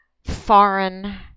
foreign